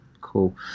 Cool